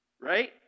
right